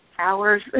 hours